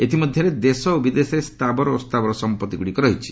ଏଥିମଧ୍ୟରେ ଦେଶ ଓ ବିଦେଶରେ ସ୍ଥାବର ଓ ଅସ୍ଥାବର ସମ୍ପତ୍ତିଗୁଡ଼ିକ ରହିଛି